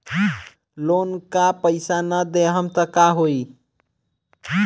Loan का पैस न देहम त का होई?